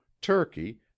Turkey